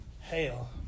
hell